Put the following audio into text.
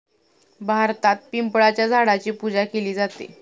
भारतात पिंपळाच्या झाडाची पूजा केली जाते